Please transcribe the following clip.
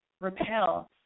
repel